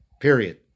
period